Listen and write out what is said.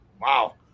Wow